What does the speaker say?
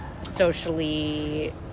socially